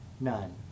none